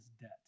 debt